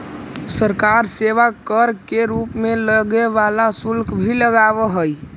सरकार सेवा कर के रूप में लगे वाला शुल्क भी लगावऽ हई